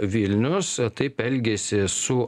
vilnius taip elgiasi su